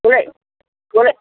खुलै खुलै